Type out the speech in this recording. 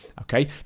okay